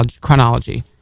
chronology